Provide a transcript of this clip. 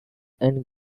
and